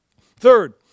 third